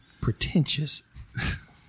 Pretentious